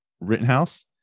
Rittenhouse